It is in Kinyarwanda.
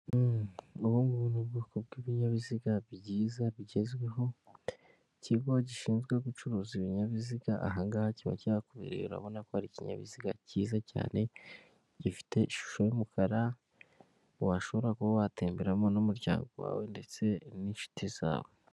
Ubu ngu ni ubwoko bw'ibinyabiziga byiza bigezweho, ikigo gishinzwe gucuruza ibinyabiziga aha ngaha kiba kihakubereye, urabona ko ari ikinyabiziga kiza cyane gifite ishusho y'umukara, washobora kuba watemberamo n'umuryango wawe ndetse n'inshuti zawe.